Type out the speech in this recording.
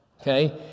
okay